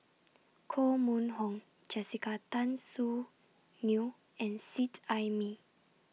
Koh Mun Hong Jessica Tan Soon Neo and Seet Ai Mee